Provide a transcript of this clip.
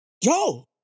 yo